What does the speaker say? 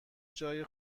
جای